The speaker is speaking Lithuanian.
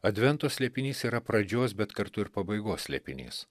advento slėpinys yra pradžios bet kartu ir pabaigos slėpinys